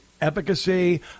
efficacy